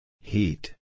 Heat